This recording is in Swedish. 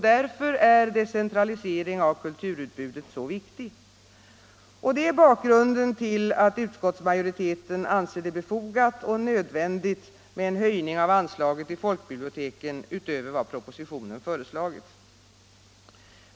Därför är en decentralisering av kulturutbudet så viktig. Det är bakgrunden till att utskottsmajoriteten anser det befogat och nödvändigt med en höjning av anslaget till folkbiblioteken utöver vad propositionen föreslagit.